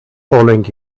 following